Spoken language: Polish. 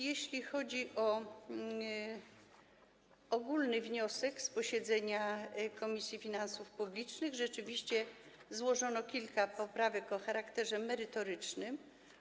Jeśli chodzi o ogólny wniosek z posiedzenia Komisji Finansów Publicznych, rzeczywiście złożono kilka poprawek o charakterze merytorycznym.